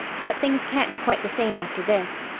but things can't be quite the same after this.